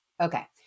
Okay